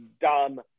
dumb